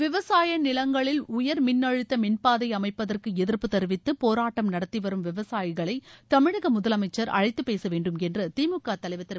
விவசாய நிலங்களில் உயர் மின்அழுத்த மின்பாதை அமைப்பதற்கு எதிர்ப்பு தெரிவித்து போராட்டம் நடத்தி வரும் விவசாயிகளை தமிழக முதலமைச்சர் அழைத்துப் பேச வேண்டும் என்று திமுக தலைவர் திரு